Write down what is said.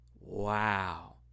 wow